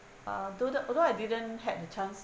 uh though the although I didn't had the chance